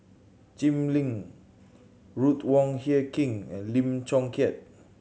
Jim Lim Ruth Wong Hie King and Lim Chong Keat